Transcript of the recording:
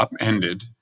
upended